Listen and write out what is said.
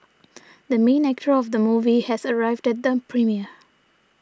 the main actor of the movie has arrived at the premiere